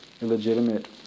illegitimate